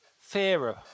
fairer